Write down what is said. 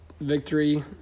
victory